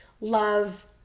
love